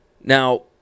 Now